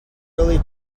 early